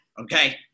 okay